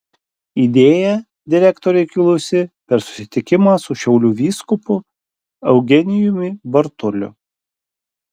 idėja direktorei kilusi per susitikimą su šiaulių vyskupu eugenijumi bartuliu